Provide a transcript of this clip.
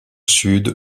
sud